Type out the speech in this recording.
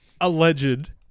alleged